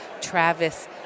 Travis